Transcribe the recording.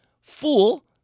fool